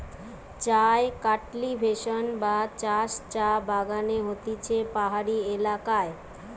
চায় কাল্টিভেশন বা চাষ চা বাগানে হতিছে পাহাড়ি এলাকায়